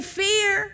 fear